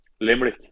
Limerick